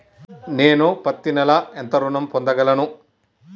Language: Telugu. నేను పత్తి నెల ఎంత ఋణం పొందగలను?